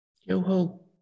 Yo-ho